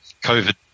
COVID